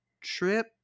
trip